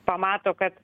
pamato kad